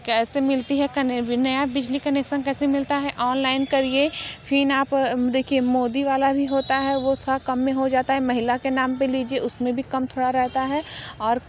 कैसे मिलती है नया बिजली कनेक्शन कैसे मिलता है ऑनलाइन करिए फिर आप देखिए मोदी वाला भी होता है वह थोड़ा कम में हो जाता है महिला के नाम पर लीजिए उसमें भी कम थोड़ा रहता है और